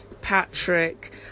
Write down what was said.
Patrick